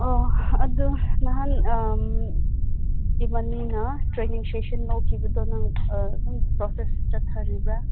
ꯑꯣ ꯑꯗꯨ ꯅꯍꯥꯟ ꯏꯕꯥꯅꯤꯅ ꯇ꯭ꯔꯦꯅꯤꯡ ꯁꯦꯁꯁꯟ ꯂꯧꯈꯤꯕꯗꯣ ꯅꯪ ꯑꯗꯨꯝ ꯄ꯭ꯔꯣꯁꯦꯁ ꯆꯠꯊꯔꯤꯕ꯭ꯔꯥ